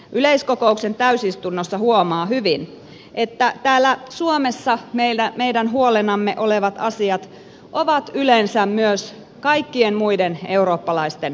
yleiskokouksen täysistunnossa huomaa hyvin että täällä suomessa meidän huolenamme olevat asiat ovat yleensä myös kaikkien muiden eurooppalaisten huolena